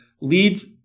leads